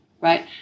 right